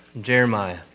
Jeremiah